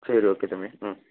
சரி ஓகே தம்பி ம்